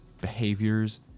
behaviors